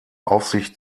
aufsicht